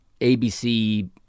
ABC